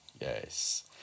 Yes